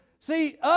See